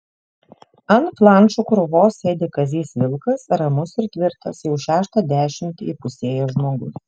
ant flanšų krūvos sėdi kazys vilkas ramus ir tvirtas jau šeštą dešimtį įpusėjęs žmogus